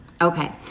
Okay